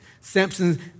Samson